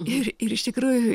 ir ir iš tikrųjų